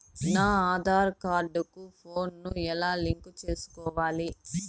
నా ఆధార్ కార్డు కు ఫోను ను ఎలా లింకు సేసుకోవాలి?